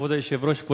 כבוד היושב-ראש,